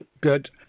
Good